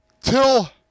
Till